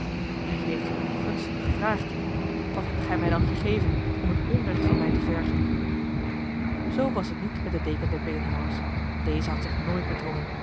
wie heeft u uw gunsten gevraagd wat hebt gij mij dan gegeven om het onrecht van mij te vergen zo was het niet met de deken der beenhouwers deze had zich nooit bedwongen